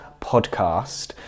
podcast